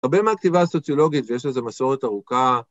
הרבה מעט כתיבה סוציולוגית ויש לזה מסורת ארוכה.